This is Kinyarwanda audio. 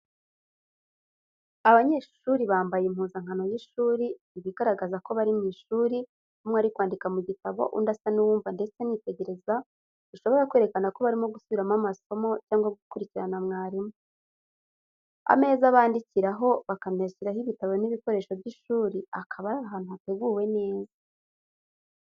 Abanyeshuri bambaye impuzankano y’ishuri, ibigaragaza ko bari mu ishuri, umwe ari kwandika mu gitabo, undi asa n’uwumva ndetse anitegereza, bishobora kwerekana ko barimo gusubiramo amasomo cyangwa gukurikirana mwarimu. Ameza bandikiraho, bakanashyiraho ibitabo n’ibikoresho by’ishuri, akaba ari ahantu hateguwe neza.